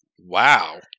Wow